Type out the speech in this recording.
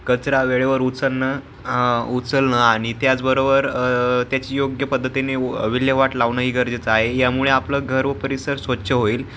कचरा वेळेवर उचलणं उचलणं आणि त्याचबरोबर त्याची योग्य पद्धतीने विल्हेवाट लावणंही गरेचं आहे यामुळे आपलं घर व परिसर स्वच्छ होईल